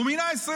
הוא מינה,